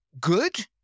good